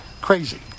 crazy